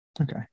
okay